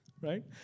right